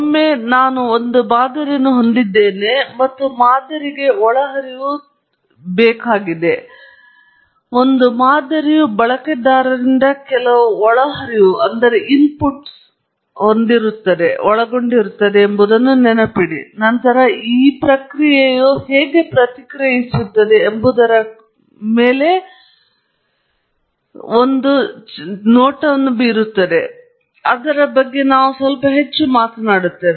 ಒಮ್ಮೆ ನಾನು ಮಾದರಿಯನ್ನು ಹೊಂದಿದ್ದೇನೆ ಮತ್ತು ಮಾದರಿಗೆ ಒಳಹರಿವು ತಿಳಿದಿದೆ ಒಂದು ಮಾದರಿಯು ಬಳಕೆದಾರರಿಂದ ಕೆಲವು ಒಳಹರಿವುಗಳನ್ನು ಒಳಗೊಂಡಿರುತ್ತದೆ ಎಂಬುದನ್ನು ನೆನಪಿಡಿ ಮತ್ತು ನಂತರ ಈ ಪ್ರಕ್ರಿಯೆಯು ಹೇಗೆ ಪ್ರತಿಕ್ರಿಯಿಸುತ್ತದೆ ಎಂಬುದರ ಕುರಿತಾದ ಒಂದು ಭವಿಷ್ಯವನ್ನು ಮಾಡುತ್ತದೆ ಮತ್ತು ಅದರ ಬಗ್ಗೆ ನಾವು ಸ್ವಲ್ಪ ಹೆಚ್ಚು ಮಾತನಾಡುತ್ತೇವೆ